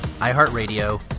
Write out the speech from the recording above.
iHeartRadio